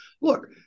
look